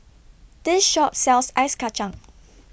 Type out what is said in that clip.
This Shop sells Ice Kachang